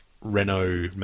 Renault